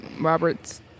Robert's